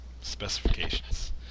specifications